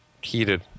heated